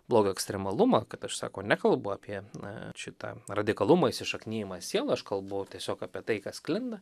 blogio ekstremalumą kad aš sako nekalbu apie na šitą radikalumą įsišaknijimą į sielą aš kalbu tiesiog apie tai kas sklinda